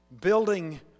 building